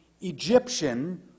Egyptian